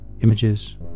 images